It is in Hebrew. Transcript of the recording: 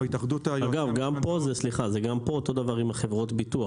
אגב, זה גם פה אותו דבר עם חברות הביטוח.